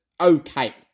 okay